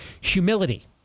humility